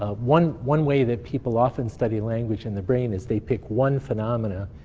ah one one way that people often study language in the brain is they pick one phenomena,